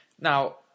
Now